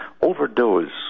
overdose